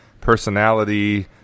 personality